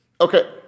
Okay